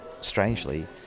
strangely